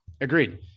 Agreed